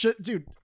dude